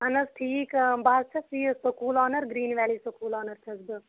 اہن حظ ٹھیٖک بہٕ حظ چھس یہِ school owner Green Valley school owner چھس بہٕ